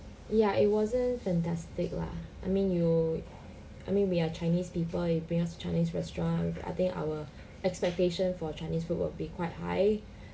ya it wasn't fantastic lah I mean you I mean we are chinese people you bring us to chinese restaurant I think our expectations for chinese food will be quite high